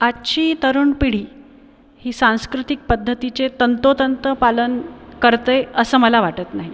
आजची तरुण पिढी ही सांस्कृतिक पद्धतीचे तंतोतंत पालन करते असं मला वाटत नाही